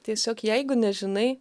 tiesiog jeigu nežinai